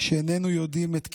שאיננו יודעים את קיצה,